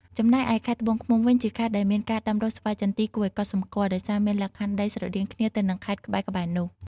ចំណែកឯខេត្តត្បូងឃ្មុំវិញ ជាខេត្តដែលមានការដាំដុះស្វាយចន្ទីគួរឱ្យកត់សម្គាល់ ដោយសារមានលក្ខខណ្ឌដីស្រដៀងគ្នាទៅនឹងខេត្តក្បែរៗនោះ។